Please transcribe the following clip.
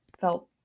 felt